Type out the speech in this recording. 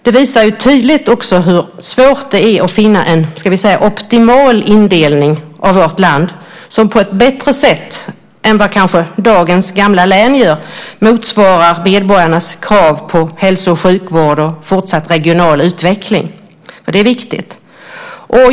Det visar tydligt hur svårt det är att finna en optimal indelning av vårt land som kanske på ett bättre sätt än dagens gamla län motsvarar medborgarnas krav på hälso och sjukvård och fortsatt regional utveckling. Det är viktigt.